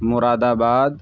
مراد آباد